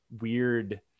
weird